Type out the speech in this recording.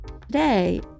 today